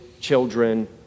children